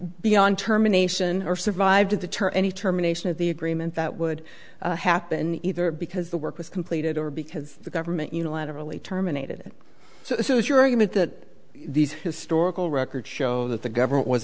beyond terminations or survived to deter any terminations of the agreement that would happen either because the work was completed or because the government unilaterally terminated it so this is your argument that these historical records show that the government was